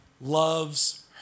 loves